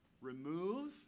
Remove